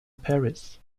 paris